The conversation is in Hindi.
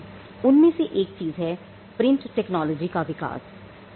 उनमें से एक चीज प्रिंट टेक्नोलॉजी का विकास है